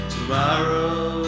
Tomorrow